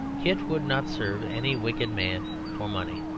kit would not serve any wicked man for money,